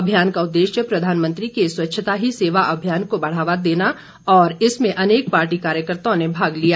अभियान का उद्देश्य प्रधानमंत्री के स्वच्छता ही सेवा अभियान को ढ़ावा देना रहा और इसमें अनेक पार्टी कार्यकर्ताओं ने भाग लिया